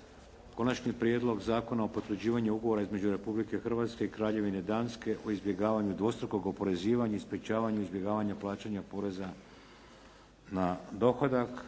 - Konačni prijedlog zakona o potvrđivanju Ugovora između Republike Hrvatske i Kraljevine Danske o izbjegavanju dvostrukog oporezivanja i sprječavanju izbjegavanja plaćanja poreza na dohodak,